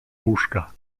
łóżka